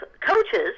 coaches